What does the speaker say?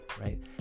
Right